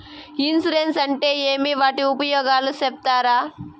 Insurance అంటే ఏమి? వాటి ఉపయోగాలు సెప్తారా?